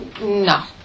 No